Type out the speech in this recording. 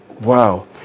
wow